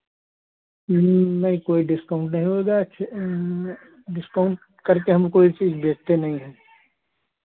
नहीं कोई डिस्काउंट नहीं होगा अच्छे डिस्काउंट करके हम कोई चीज़ बेचते नहीं है